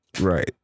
Right